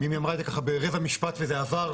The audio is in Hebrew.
אם היא אמרה את זה ככה ברבע משפט וזה עבר,